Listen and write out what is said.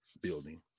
building